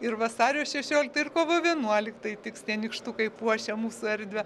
ir vasario šešioliktai ir kovo vienuoliktai tiks tie nykštukai puošia mūsų erdvę